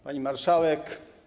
Pani Marszałek!